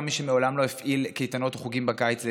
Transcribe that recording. גם למי שמעולם לא הפעיל קייטנות או חוגים בקיץ לילדים,